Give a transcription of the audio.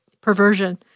perversion